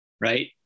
right